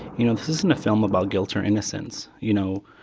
you know, this isn't a film about guilt or innocence. you know,